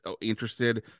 interested